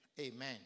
Amen